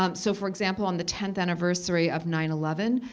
um so for example, on the tenth anniversary of nine eleven,